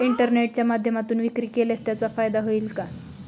इंटरनेटच्या माध्यमातून विक्री केल्यास त्याचा फायदा होईल का?